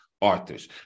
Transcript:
authors